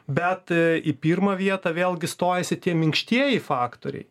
bet į pirmą vietą vėlgi stojasi tie minkštieji faktoriai